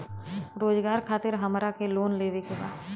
रोजगार खातीर हमरा के लोन लेवे के बा?